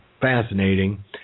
fascinating